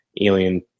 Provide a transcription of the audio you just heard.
Alien